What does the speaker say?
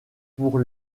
pour